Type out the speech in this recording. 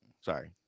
sorry